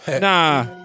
Nah